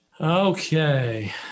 Okay